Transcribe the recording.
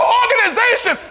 organization